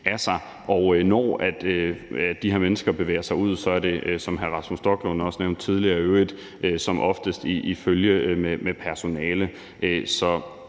når de her mennesker bevæger sig ud, er det, som hr. Rasmus Stoklund i øvrigt også nævnte tidligere, som oftest i følge med personale.